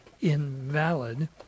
invalid